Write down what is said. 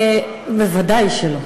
ודאי שלא.